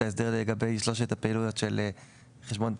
ההסדר לגבי שלושת הפעילויות של חשבון תשלום.